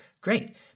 Great